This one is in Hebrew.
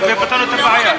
זה, ופתרנו את הבעיה.